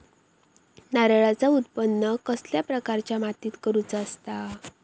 नारळाचा उत्त्पन कसल्या प्रकारच्या मातीत करूचा असता?